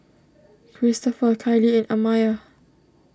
Cristopher Kyleigh and Amaya